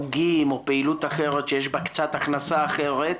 חוגים או פעילות אחרת שיש בה קצת הכנסה אחרת.